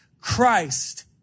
Christ